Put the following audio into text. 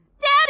Daddy